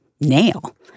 nail